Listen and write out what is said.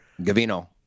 Gavino